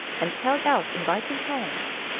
and held out inviting hands.